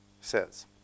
says